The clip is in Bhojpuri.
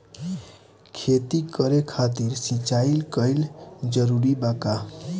खेती करे खातिर सिंचाई कइल जरूरी बा का?